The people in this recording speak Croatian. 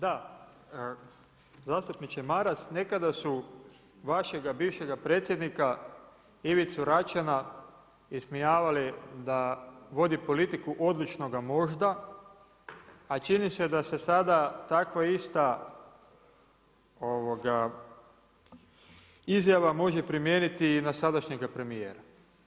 Da, zastupniče Maras, nekada su vašega bivšega predsjednika Ivicu Račana ismijavali da vodi politiku odlučnoga … a čini se da se sada takva ista izjava može primijeniti i na sadašnjega premijera.